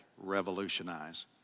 revolutionize